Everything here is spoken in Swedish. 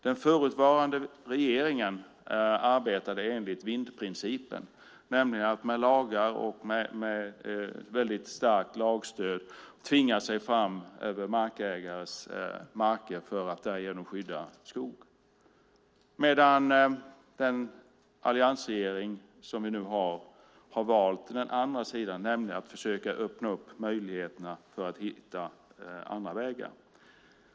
Den förutvarande regeringen arbetade enligt vindprincipen, nämligen genom att med lagar och med ett starkt lagstöd tvinga sig fram över markägares marker för att därigenom skydda skog. Den nuvarande alliansregeringen har i stället valt den andra sidan, nämligen att försöka öppna möjligheterna att hitta andra vägar.